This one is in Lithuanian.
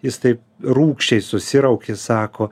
jis taip rūgščiai susiraukė sako